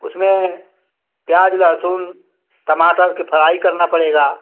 उसमें प्याज़ लहसुन टमाटर के फ्राई करना पड़ेगा